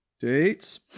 dates